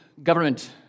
Government